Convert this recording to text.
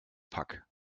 pack